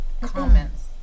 comments